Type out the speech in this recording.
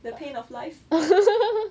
the pain of life